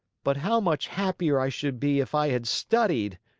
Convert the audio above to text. but how much happier i should be if i had studied!